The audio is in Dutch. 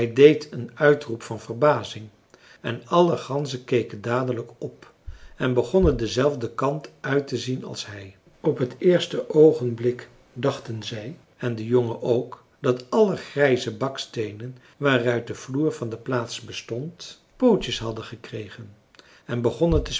deed een uitroep van verbazing en alle ganzen keken dadelijk op en begonnen denzelfden kant uit te zien als hij op het eerste oogenblik dachten zij en de jongen ook dat alle grijze baksteenen waaruit de vloer van de plaats bestond pootjes hadden gekregen en begonnen te